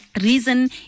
reason